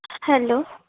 hello